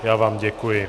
Já vám děkuji.